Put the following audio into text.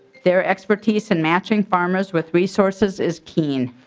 their expertise in matching farmers with resources is key.